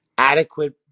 adequate